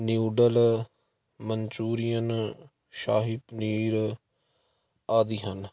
noodle Manchurian shahi paneer ਆਦਿ ਹਨ